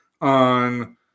on